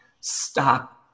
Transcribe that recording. stop